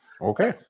Okay